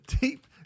Deep